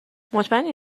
مطمئنی